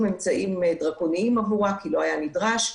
אמצעים דרקוניים עבורה כי לא היה נדרש.